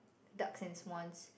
duck and swans